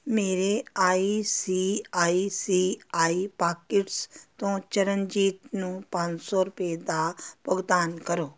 ਮੇਰੇ I C I C I pockets ਤੋਂ ਚਰਨਜੀਤ ਨੂੰ ਪੰਜ ਸੌ ਰੁਪਏ ਦਾ ਭੁਗਤਾਨ ਕਰੋ